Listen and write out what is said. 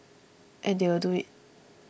and they will do it